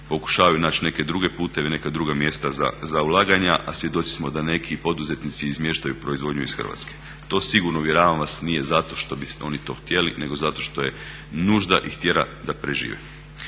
pokušavaju naći neke druge puteve, neka druga mjesta za ulaganja, a svjedoci smo da neki poduzetnici izmiještaju proizvodnju iz Hrvatske. To sigurno uvjeravam vas nije zato što bi oni to htjeli, nego zato što je nužda ih tjera da prežive.